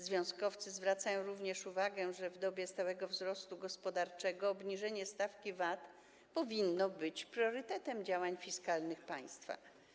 Związkowcy zwracają również uwagę, że w dobie stałego wzrostu gospodarczego obniżenie stawki VAT powinno być priorytetem w działaniach fiskalnych państwa.